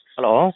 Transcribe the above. Hello